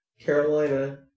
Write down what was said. Carolina